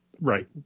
right